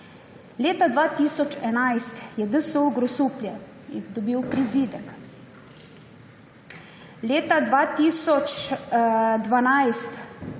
leta 2011 DSO Grosuplje dobil prizidek, leta 2012